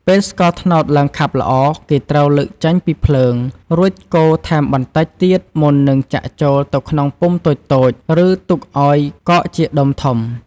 ពេលស្ករត្នោតឡើងខាប់ល្អ គេត្រូវលើកចេញពីភ្លើង រួចកូរថែមបន្តិចទៀតមុននឹងចាក់ចូលទៅក្នុងពុម្ពតូចៗ ឬទុកឲ្យកកជាដុំធំ។